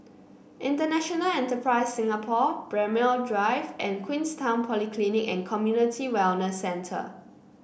International Enterprise Singapore Braemar Drive and Queenstown Polyclinic and Community Wellness Centre